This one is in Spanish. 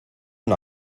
una